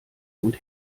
und